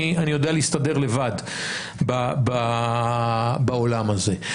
אני יודע להסתדר לבד בעולם הזה.